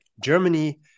Germany